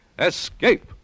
escape